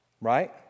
Right